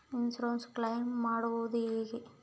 Insurance claim ಮಾಡದು ಹೆಂಗೆ?